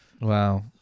wow